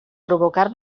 provocar